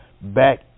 back